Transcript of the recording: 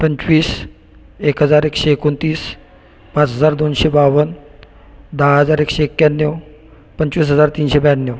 पंचवीस एक हजार एकशे एकोणतीस पाच हजार दोनशे बावन्न दहा हजार एकशे एक्याण्णव पंचवीस हजार तीनशे ब्याण्णव